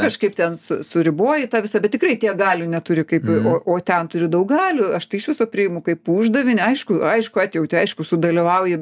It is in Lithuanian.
kažkaip ten su suriboji tą visą bet tikrai tiek galių neturi kaip o o ten turi daug galių aš tai iš viso priimu kaip uždavinį aišku aišku atjauti aišku su dalyvauji